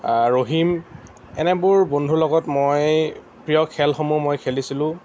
ৰহিম এনেবোৰ বন্ধুৰ লগত মই প্ৰিয় খেলসমূহ মই খেলিছিলোঁ